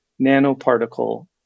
nanoparticle